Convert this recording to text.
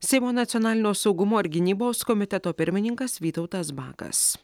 seimo nacionalinio saugumo ir gynybos komiteto pirmininkas vytautas bakas